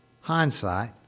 hindsight